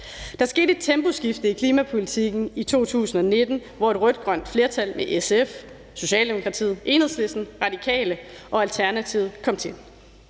der et temposkift i klimapolitikken, hvor et rødt-grønt flertal med SF, Socialdemokratiet, Enhedslisten, Radikale og Alternativet kom til.